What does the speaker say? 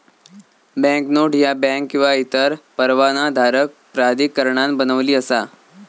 banknote ह्या bank किंवा इतर परवानाधारक प्राधिकरणान बनविली असा